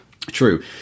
True